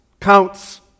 counts